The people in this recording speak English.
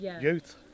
youth